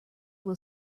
will